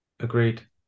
Agreed